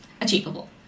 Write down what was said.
achievable